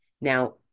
Now